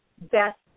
best